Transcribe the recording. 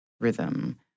rhythm